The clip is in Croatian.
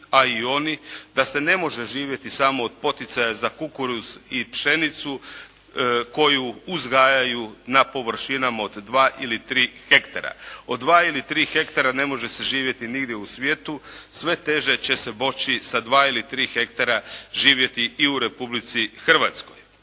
a i oni, da se ne može živjeti samo od poticaja za kukuruz i pšenicu koju uzgajaju na površinama od 2 ili 3 hektara. Od 2 ili 3 hektara ne može se živjeti nigdje u svijetu. Sve teže će se moći sa 2 ili 3 hektara živjeti i u Republici Hrvatskoj.